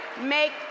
make